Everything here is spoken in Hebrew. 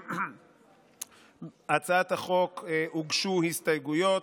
להצעת החוק הוגשו הסתייגויות.